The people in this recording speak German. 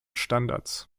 standards